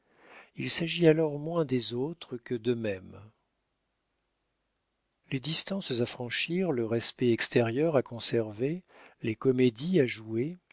il s'agit alors moins des autres que d'eux-mêmes les distances à franchir le respect extérieur à conserver les comédies à jouer